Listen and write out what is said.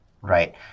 right